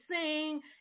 sing